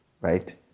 right